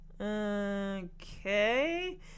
Okay